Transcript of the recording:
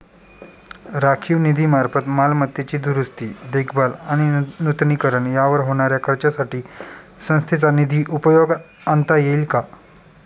राखीव निधीमार्फत मालमत्तेची दुरुस्ती, देखभाल आणि नूतनीकरण यावर होणाऱ्या खर्चासाठी संस्थेचा निधी उपयोगात आणता येईल का?